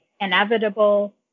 inevitable